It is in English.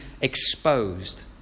exposed